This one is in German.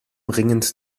ringend